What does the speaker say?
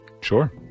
Sure